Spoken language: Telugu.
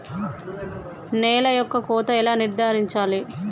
నేల యొక్క కోత ఎలా నిర్ధారించాలి?